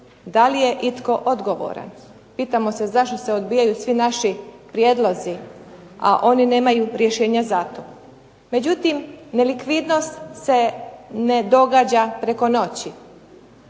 da li je itko odgovoran? Pitamo se zašto se odbijaju svi naši prijedlozi a oni nemaju rješenja za to? Međutim nelikvidnost se ne događa preko noći.